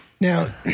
Now